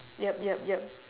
yup yup yup